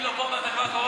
הוא סותר את עצמו.